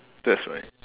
that's right